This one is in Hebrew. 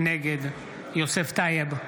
נגד יוסף טייב,